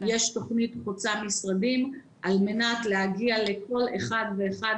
יש תוכנית חוצה-משרדים על מנת להגיע לכל אחד ואחד